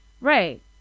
Right